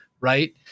right